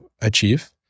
achieve